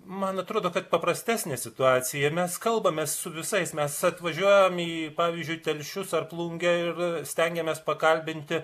man atrodo kad paprastesnė situacija mes kalbame su visais mes atvažiuojam į pavyzdžiui telšius ar plungę ir stengiamės pakalbinti